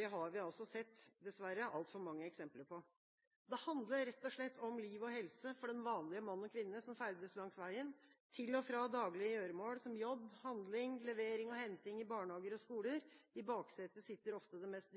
Det har vi dessverre sett altfor mange eksempler på. Det handler rett og slett om liv og helse for den vanlige mann og kvinne som ferdes langs veien – til og fra daglige gjøremål som jobb, handling, levering og henting i barnehager og skoler. I baksetet sitter ofte det mest